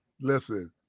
Listen